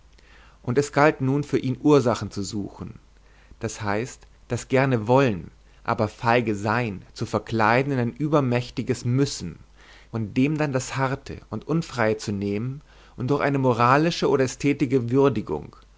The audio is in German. und es galt nun für ihn ursachen zu suchen d h das gerne wollen aber feige sein zu verkleiden in ein übermächtiges müssen und dem dann das harte und unfreie zu nehmen durch eine moralische oder ästhetische würdigung